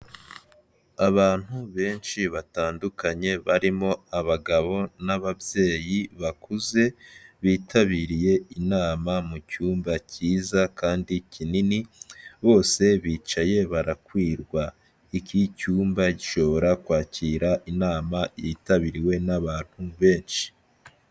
Abantu benshi batandukanye barimo abagabo n'ababyeyi bakuze, bitabiriye inama mu cyumba cyiza kandi kinini, bose bicaye barakwirwa. Iki cyumba gishobora kwakira inama yitabiriwe n'abantu benshi.